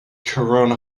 corona